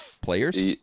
players